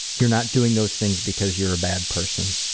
you're not doing those things because you're a bad person.